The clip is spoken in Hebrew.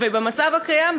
במצב הקיים,